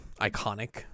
Iconic